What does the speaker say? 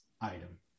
item